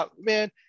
man